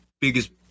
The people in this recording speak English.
biggest